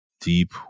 deep